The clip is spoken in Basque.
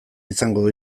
izango